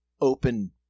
open